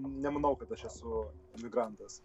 nemanau kad aš esu emigrantas